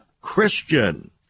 christian